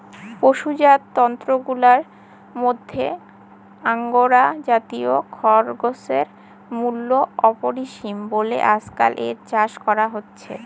পশুজাত তন্তুগুলার মধ্যে আঙ্গোরা জাতীয় খরগোশের মূল্য অপরিসীম বলে আজকাল এর চাষ করা হচ্ছে